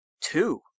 Two